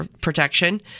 protection